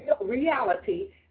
reality